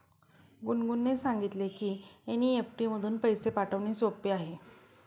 गुनगुनने सांगितले की एन.ई.एफ.टी मधून पैसे पाठवणे सोपे आहे